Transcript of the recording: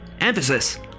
Emphasis